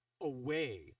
away